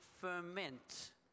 ferment